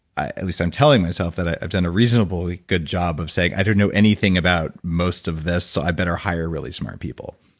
at least, i'm telling myself that i've done a reasonably good job of saying, i don't know anything about most of this, so i better hire really smart people.